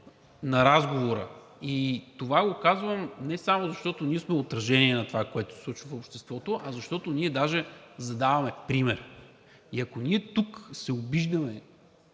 на разговора. И това го казвам не само защото ние сме отражение на това, което се случва в обществото, а защото ние даже даваме пример. И ако ние тук се обиждаме